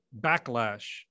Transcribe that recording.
backlash